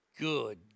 Good